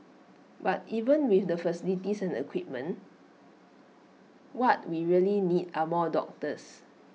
but even with the facilities and equipment what we really need are more doctors